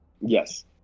Yes